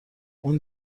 اون